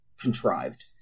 contrived